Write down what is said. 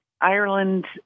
Ireland